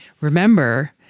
Remember